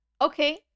okay